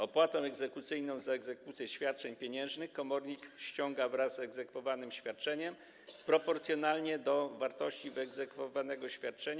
Opłatę egzekucyjną za egzekucję świadczeń pieniężnych komornik ściąga wraz z egzekwowanym świadczeniem proporcjonalnie do wartości wyegzekwowanego świadczenia.